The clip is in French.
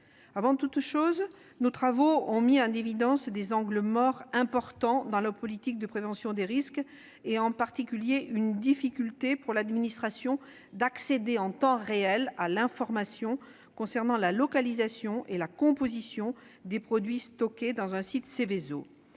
Avant toute chose, nos travaux ont mis en évidence des angles morts importants dans la politique de prévention des risques, en particulier la difficulté de l'administration à accéder en temps réel à l'information relative à la localisation et à la composition des produits stockés dans un site Seveso.